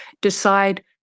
decide